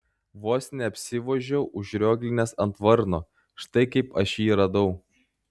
vos neapsivožiau užrioglinęs ant varno štai kaip aš jį radau